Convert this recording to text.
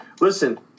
Listen